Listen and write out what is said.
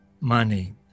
money